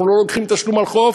אנחנו לא לוקחים תשלום על חוף.